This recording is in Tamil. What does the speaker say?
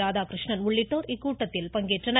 ராதாகிருஷ்ணன் உள்ளிட்டோர் இக்கூட்டத்தில் பங்கேற்றுள்ளனர்